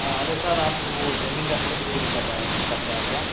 हाँ hello sir आप वो ज़मीन का ख़रीद बिक्री कर रहें करते हैं क्या